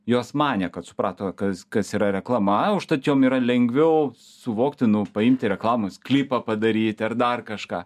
jos manė kad suprato kas kas yra reklama užtat jom yra lengviau suvokti nu paimti reklamos klipą padaryti ar dar kažką